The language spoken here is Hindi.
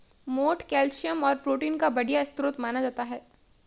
मोठ कैल्शियम और प्रोटीन का बढ़िया स्रोत माना जाता है